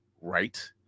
right